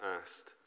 asked